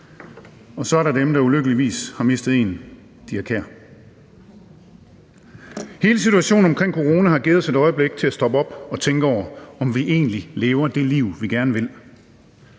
Og så er der dem, der ulykkeligvis har mistet en, de har kær. Hele situationen omkring coronaen har givet os et øjeblik til at stoppe op og tænke over, om vi egentlig lever det liv, vi gerne vil.